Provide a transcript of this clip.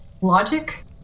logic